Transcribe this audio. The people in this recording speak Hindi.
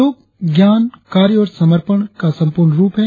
योग ज्ञान कार्य और समर्पण का संपूर्ण रुप है